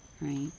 right